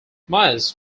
myers